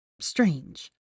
strange